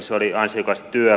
se oli ansiokas työ